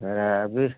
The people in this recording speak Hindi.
हाँ अभी